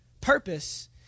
purpose